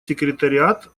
секретариат